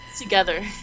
together